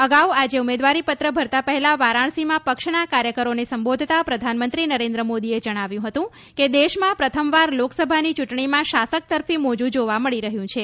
અગાઉ આજે ઉમેદવારી પત્ર ભરતા પહેલાં વારાણસીમાં પક્ષના કાર્યકરોને સંબોધતા પ્રધાનમંત્રી નરેન્દ્ર મોદીએ જણાવ્યું હતું કે દેશમાં પ્રથમવાર લોકસભાની ચૂંટણીમાં શાસક તરફી મોજુ જોવા મળી રહ્યું છે